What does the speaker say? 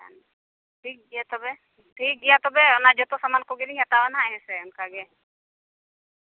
ᱴᱷᱤᱠ ᱜᱮᱭᱟ ᱛᱚᱵᱮ ᱴᱷᱤᱠ ᱜᱮᱭᱟ ᱛᱚᱵᱮ ᱚᱱᱟ ᱡᱚᱛᱚ ᱥᱟᱢᱟᱱ ᱠᱚᱜᱮᱞᱤᱧ ᱦᱟᱛᱟᱣᱟ ᱦᱟᱸᱜ ᱦᱮᱸᱥᱮ ᱚᱱᱠᱟᱜᱮ